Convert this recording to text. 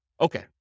Okay